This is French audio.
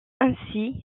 ainsi